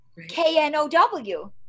K-N-O-W